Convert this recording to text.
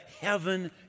heaven